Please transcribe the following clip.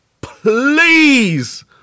please